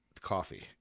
coffee